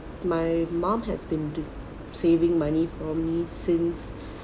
my mom has been saving money for me since